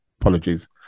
apologies